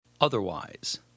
Otherwise